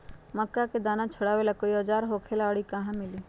मक्का के दाना छोराबेला कोई औजार होखेला का और इ कहा मिली?